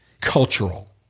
cultural